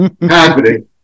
happening